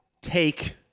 Take